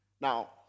Now